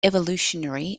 evolutionary